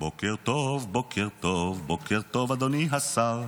בוקר טוב, בוקר טוב, בוקר טוב, אדוני השר.